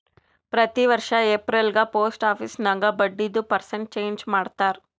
ಪ್ರತಿ ವರ್ಷ ಎಪ್ರಿಲ್ಗ ಪೋಸ್ಟ್ ಆಫೀಸ್ ನಾಗ್ ಬಡ್ಡಿದು ಪರ್ಸೆಂಟ್ ಚೇಂಜ್ ಮಾಡ್ತಾರ್